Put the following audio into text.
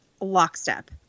lockstep